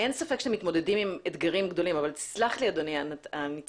אין ספק שאתם מתמודדים עם אתגרים גדולים אבל סלח לי אדוני הניצב,